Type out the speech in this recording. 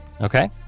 Okay